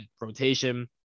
rotation